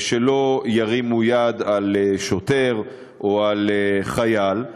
שלא ירימו יד על שוטר או על חייל,